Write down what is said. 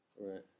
Right